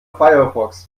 firefox